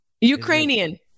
Ukrainian